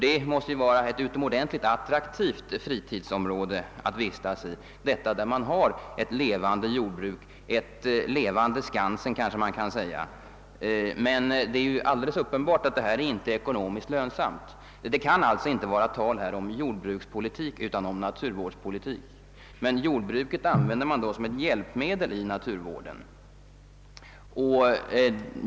Det blir ett utomordentligt attraktivt fritidsområde, där man har ett levande jordbruk — ett slags 1evande Skansen att tillgå, kanske man kan säga. Det är alldeles uppenbart att ett sådant jordbruk inte är ekonomiskt lönsamt. Det kan alltså i detta fall bli tal, inte om jordbrukspolitik, utan om naturvårdspolitik, varvid man använder jordbruket som ett hjälpmedel i naturvården.